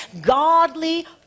godly